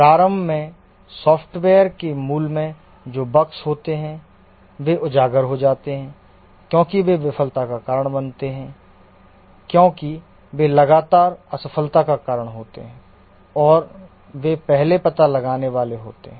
प्रारंभ में सॉफ़्टवेयर के मूल में जो बग्स होते हैं वे उजागर हो जाते हैं क्योंकि वे विफलता का कारण बनते हैं क्योंकि वे लगातार असफलता का कारण होते हैं और वे पहले पता लगाने वाले होते हैं